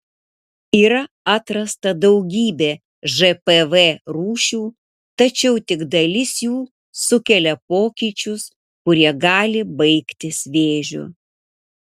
yra atrasta daugybė žpv rūšių tačiau tik dalis jų sukelia pokyčius kurie gali baigtis vėžiu